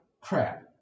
Crap